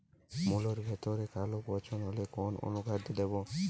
মুলোর ভেতরে কালো পচন হলে কোন অনুখাদ্য দেবো?